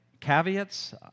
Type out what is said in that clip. caveats